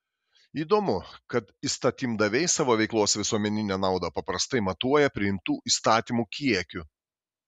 įdomu kad įstatymdaviai savo veiklos visuomeninę naudą paprastai matuoja priimtų įstatymų kiekiu